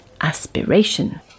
aspiration